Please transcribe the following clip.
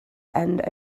end